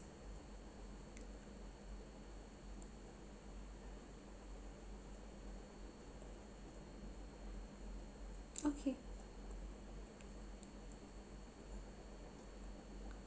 okay